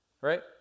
Right